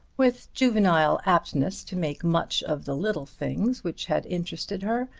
with juvenile aptness to make much of the little things which had interested her,